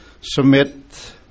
submit